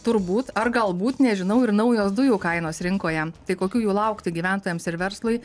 turbūt ar galbūt nežinau ir naujos dujų kainos rinkoje tai kokių jų laukti gyventojams ir verslui